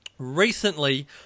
Recently